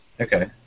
Okay